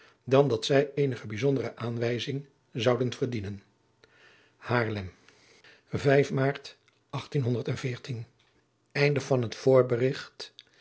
dan dat zij eenige bijzondere aanwijzing zouden verdienen aarlem aart